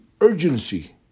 urgency